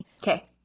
Okay